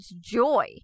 joy